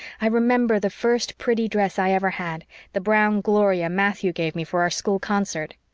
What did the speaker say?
i remember the first pretty dress i ever had the brown gloria matthew gave me for our school concert.